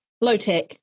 low-tech